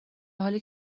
حالی